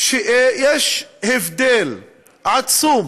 שיש הבדל עצום